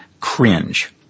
cringe